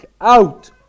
out